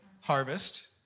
Harvest